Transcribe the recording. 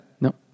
No